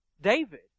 David